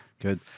Good